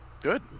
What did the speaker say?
Good